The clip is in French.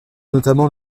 notamment